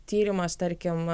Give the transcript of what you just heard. tyrimas tarkim